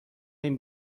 این